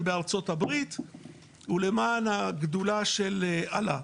בארצות הברית ולמען הגדולה של אללה.